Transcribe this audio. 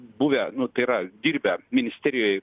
buvę nu tai yra dirbę ministerijoj